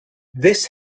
this